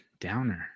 downer